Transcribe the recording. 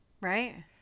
Right